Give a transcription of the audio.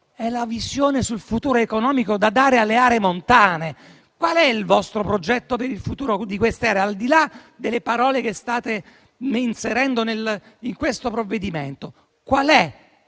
è la visione sul futuro economico da dare alle aree montane. Qual è il vostro progetto per il futuro di queste aree? Al di là delle parole che state inserendo in questo provvedimento, cos'è